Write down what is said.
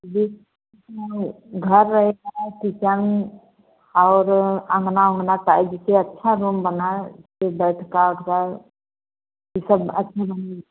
जी हमें घर रहना है किचन और आँगना वँगना टाइप से अच्छा रूम बनाए के बैठक वैठक ये सब अच्छा बनाए